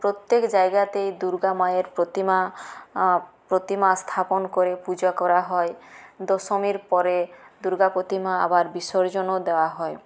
প্রত্যেক জায়গাতেই দুর্গামায়ের প্রতিমা প্রতিমা স্থাপন করে পূজা করা হয় দশমীর পরে দুর্গা প্রতিমা আবার বিসর্জনও দেওয়া হয়